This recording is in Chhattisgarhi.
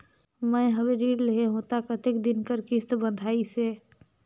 मैं हवे ऋण लेहे हों त कतेक दिन कर किस्त बंधाइस हे?